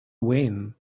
when